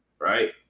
right